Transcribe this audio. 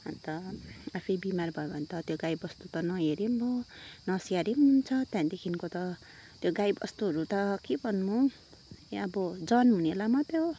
अन्त आफै बिमार भयो भने त त्यो गाईबस्तु त नहेरे नि भयो नस्याहारे नि हुन्छ त्यहाँदेखिको त त्यो गाईबस्तुहरू त के भन्नु अब जन हुनेलाई मात्रै हो